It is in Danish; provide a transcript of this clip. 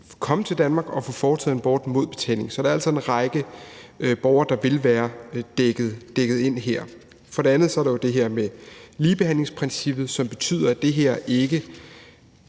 komme til Danmark og få foretaget en abort mod betaling. Så der er altså en række borgere, der vil være dækket ind her. For det andet er der jo det her med ligebehandlingsprincippet, som betyder, at det her ikke